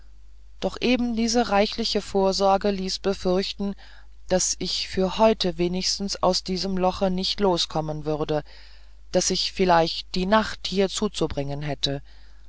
doch eben diese reichliche vorsorge ließ befürchten daß ich für heute wenigstens aus diesem loche nicht loskommen würde daß ich vielleicht die nacht hier zuzubringen hätte